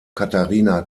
katharina